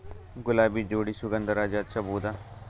ಗುಲಾಬಿ ಜೋಡಿ ಸುಗಂಧರಾಜ ಹಚ್ಬಬಹುದ?